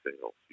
sales